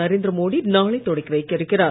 நரேந்திர மோடி நாளை தொடக்கி வைக்க இருக்கிறார்